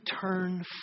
turn